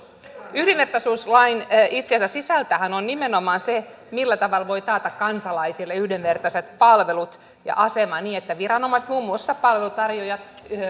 yhdenvertaisuuslain sisältöhän on nimenomaan se millä tavalla voidaan taata kansalaisille yhdenvertaiset palvelut ja asema niin että viranomaisten muun muassa palveluntarjoajien